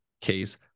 case